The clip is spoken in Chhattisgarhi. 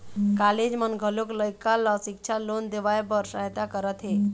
कॉलेज मन घलोक लइका ल सिक्छा लोन देवाए बर सहायता करत हे